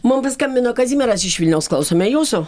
mum paskambino kazimieras iš vilniaus klausome jūsų